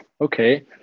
Okay